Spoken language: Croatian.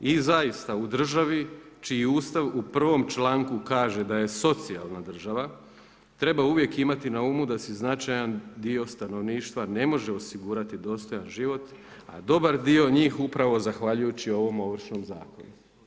I zaista, u državi čiji Ustav u 1. članku kaže da je socijalna država treba uvijek imati na umu da si značajan dio stanovništva ne može osigurati dostojan život a dobar dio njih upravo zahvaljujući ovom Ovršnom zakonu.